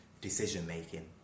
decision-making